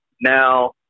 Now